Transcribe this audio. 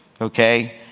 Okay